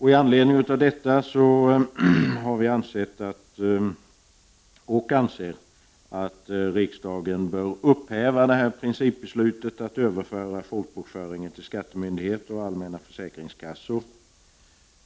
I anledning av detta har vi ansett och anser att riksdagen bör upphäva principbe slutet att överföra folkbokföringen till skattemyndigheter och allmänna försäkringskassor.